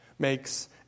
makes